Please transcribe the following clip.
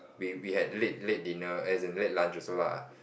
we we had late late dinner as in late lunch also lah